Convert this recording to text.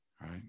Right